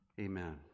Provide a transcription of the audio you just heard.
Amen